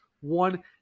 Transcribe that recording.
one